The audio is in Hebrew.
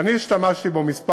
ואני השתמשתי בו כמה פעמים,